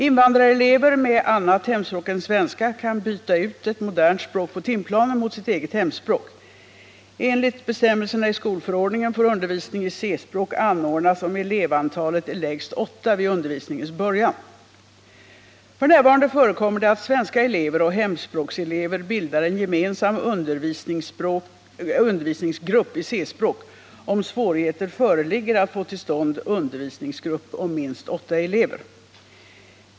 Invandrarelever med annat hemspråk än svenska kan byta ut ett modernt språk på timplanen mot sitt eget hemspråk. Enligt bestämmelserna i 8 kap. 20 § skolförordningen får undervisning i C-språk anordnas om elevantalet är lägst åtta vid undervisningens början. F.n. förekommer det att svenska elever och hemspråkselever bildar en gemensam undervisningsgrupp i C-språk, om svårigheter föreligger att få till stånd undervisningsgrupp om minst åtta elever.